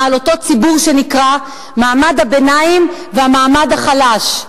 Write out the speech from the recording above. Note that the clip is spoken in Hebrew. על אותו ציבור שנקרא מעמד הביניים והמעמד החלש,